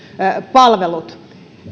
palvelut